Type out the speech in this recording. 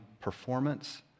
performance